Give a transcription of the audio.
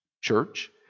Church